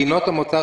מדינות המוצא,